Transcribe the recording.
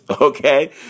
okay